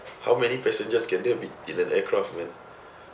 how many passengers can there be in an aircraft man